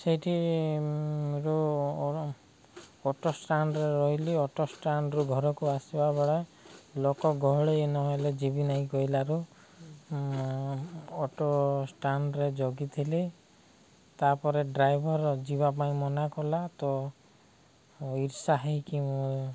ସେଇଠି ର ଅଟୋଷ୍ଟାଣ୍ଡରେ ରହିଲି ଅଟୋଷ୍ଟାଣ୍ଡରୁ ଘରକୁ ଆସିବା ବେଳେ ଲୋକ ଗହଳି ନହେଲେ ଯିବି ନାଇଁ କହିଲାରୁ ଅଟୋଷ୍ଟାଣ୍ଡରେ ଜଗିଥିଲି ତା'ପରେ ଡ୍ରାଇଭର୍ ଯିବା ପାଇଁ ମନା କଲା ତ ଇର୍ସା ହେଇକି ମୁଁ